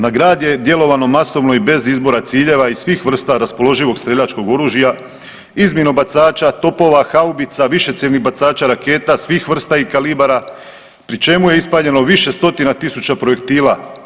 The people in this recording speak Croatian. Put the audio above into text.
Na grad je djelovano masovno i bez izbora ciljeva i svih vrsta raspoloživog streljačkog oružja iz minobacača, topova, haubica, višecjevnih bacača raketa svih vrsta i kalibara pri čemu je ispaljeno više stotina tisuća projektila.